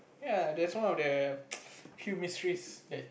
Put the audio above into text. ya that's one of the few mysteries that